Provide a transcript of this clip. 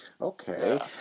Okay